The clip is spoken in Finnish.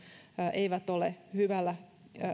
eivät ole hyvällä